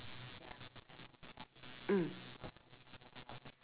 mm